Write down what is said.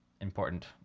important